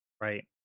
right